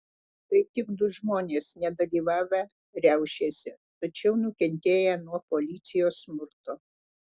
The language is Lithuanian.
tai tik du žmonės nedalyvavę riaušėse tačiau nukentėję nuo policijos smurto